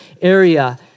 area